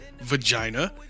vagina